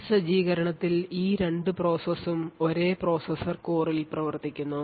ഈ സജ്ജീകരണത്തിൽ ഈ രണ്ടു പ്രോസസും ഒരേ പ്രോസസ്സർ കോറിൽ പ്രവർത്തിക്കുന്നു